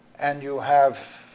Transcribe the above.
and you have